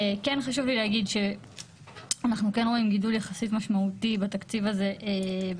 חשוב לי להגיד שאנחנו כן רואים גידול יחסית משמעותי בתקציב הכנסת,